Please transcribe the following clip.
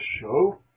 show